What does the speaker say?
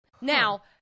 Now